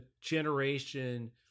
generation